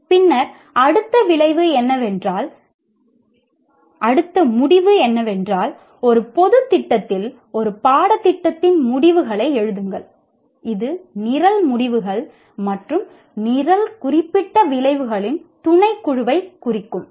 பின்னர் அடுத்த விளைவு என்னவென்றால் பின்னர் அடுத்த முடிவு என்னவென்றால் "ஒரு பொதுத் திட்டத்தில் ஒரு பாடத்திட்டத்தின் முடிவுகளை எழுதுங்கள் இது நிரல் முடிவுகள் மற்றும் நிரல் குறிப்பிட்ட விளைவுகளின் துணைக்குழுவைக் குறிக்கும்"